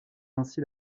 ainsi